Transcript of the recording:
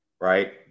right